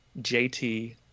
JT